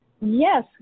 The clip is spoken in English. Yes